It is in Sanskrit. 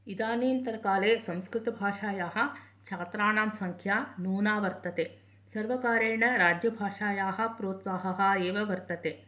इदानीन्तनकाले संस्कृतभाषायाः छात्राणां संख्या न्यूना वर्तते सर्वकारेण राज्यभाषायाः प्रोत्साह एव वर्तते